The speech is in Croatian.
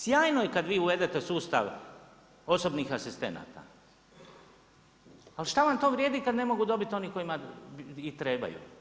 Sjajno je kad vi uvedete sustav osobnih asistenata, ali šta vam to vrijedi kad ne mogu dobiti oni kojima trebaju.